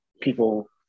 people